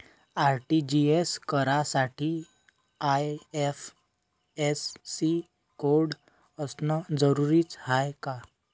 RTGS करासाठी IFSC code असनं जरुरीच हाय का?